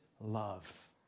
love